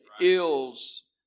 ills